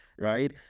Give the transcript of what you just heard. right